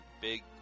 big